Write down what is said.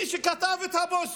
מי שכתב את הפוסט,